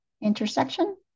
Intersection